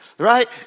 Right